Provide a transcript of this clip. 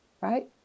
right